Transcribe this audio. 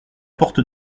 porte